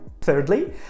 Thirdly